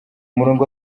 murongo